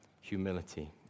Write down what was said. Humility